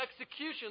execution